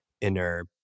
inner